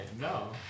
no